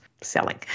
selling